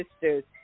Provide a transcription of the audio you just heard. sisters